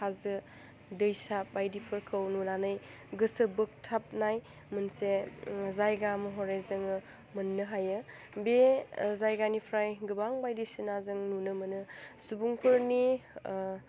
हाजो दैसा बायदिफोरखौ नुनानै गोसो बोगथाबनाय मोनसे जायगा महरै जोङो मोन्नो हायो बि जायगानिफ्राय गोबां बायदिसिना जों नुनो मोनो सुबुंफोरनि